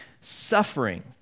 suffering